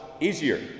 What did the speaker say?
easier